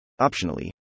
Optionally